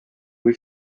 kui